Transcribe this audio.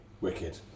Wicked